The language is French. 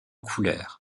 couleurs